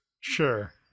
Sure